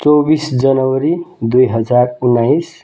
चौबिस जनवरी दुई हजार उन्नाइस